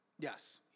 Yes